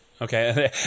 okay